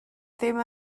ddim